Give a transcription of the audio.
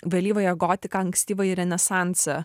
vėlyvąją gotiką ankstyvąjį renesansą